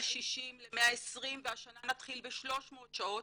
מ-60 ל-120 והשנה נתחיל ב-300 שעות,